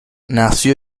nació